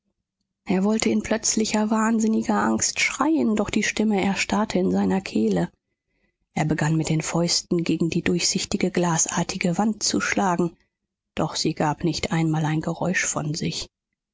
er wollte in plötzlicher wahnsinniger angst schreien doch die stimme erstarrte in seiner kehle er begann mit den fäusten gegen die durchsichtige glasartige wand zu schlagen doch sie gab nicht einmal ein geräusch von sich